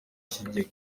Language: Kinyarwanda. ikigega